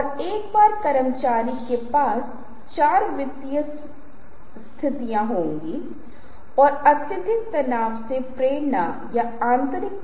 लेकिन दूसरा मामला यह है जहां आपकी उपस्थिति हो सकती है या नहीं हो सकती है जहां आपकी स्लाइड्स को बहुत प्रभावी ढंग से संवाद करना है और वहां प्रस्तुतियों को विस्तृत करना है और आपका मन करता है इन प्रस्तुतियों को पढ़ना है